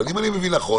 אבל אם אני מבין נכון,